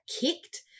kicked